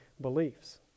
beliefs